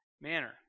manner